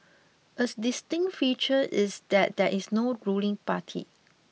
as distinct feature is that there is no ruling party